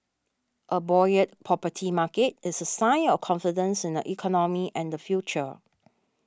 a buoyant property market is a sign of confidence in the economy and the future